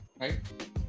Right